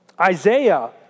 Isaiah